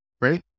Ready